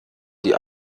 die